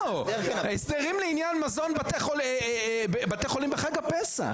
הסדרים לעניין מזון בתי חולים בחג הפסח,